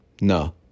No